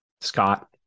Scott